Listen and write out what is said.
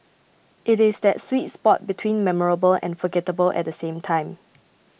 it is that sweet spot between memorable and forgettable at the same time